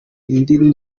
idini